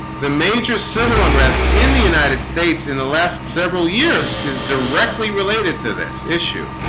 the major civil unrest in the united states in the last several years is directly related to this issue